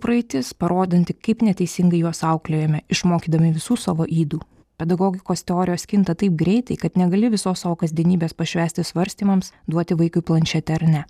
praeitis parodanti kaip neteisingai juos auklėjome išmokydami visų savo ydų pedagogikos teorijos kinta taip greitai kad negali visos savo kasdienybės pašvęsti svarstymams duoti vaikui planšetę ar ne